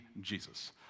Jesus